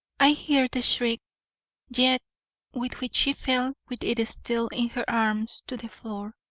i hear the shriek yet with which she fell with it still in her arms to the floor.